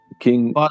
King